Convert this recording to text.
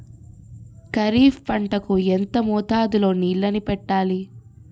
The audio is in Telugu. ఖరిఫ్ పంట కు ఎంత మోతాదులో నీళ్ళని పెట్టాలి?